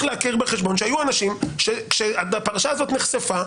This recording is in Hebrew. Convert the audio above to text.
להכיר בחשבון שהיו אנשים שכשהפרשה הזאת נחשפה,